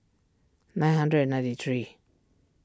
nine hundred and ninety three